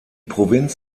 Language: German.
provinz